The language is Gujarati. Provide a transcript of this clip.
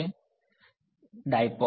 વિધાર્થી ડાઈપોલ